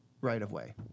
right-of-way